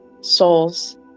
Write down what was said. souls